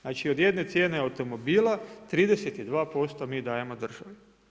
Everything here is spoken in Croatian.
Znači od jedne cijene automobila 32% mi dajemo državi.